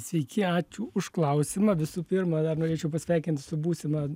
sveiki ačiū už klausimą visų pirma dar norėčiau pasveikint su būsima